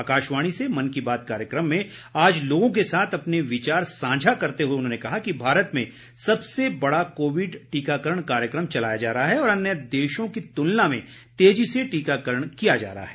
आकाशवाणी से मन की बात कार्यक्रम में आज लोगों के साथ अपने विचार साझा करते हुए उन्होंने कहा कि भारत में सबसे बडा कोविड टीकाकरण कार्यक्रम चलाया जा रहा है और अन्य देशों की तुलना में तेजी से टीकाकरण किया जा रहा है